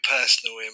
personal